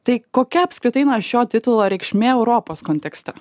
tai kokia apskritai na šio titulo reikšmė europos kontekste